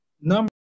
number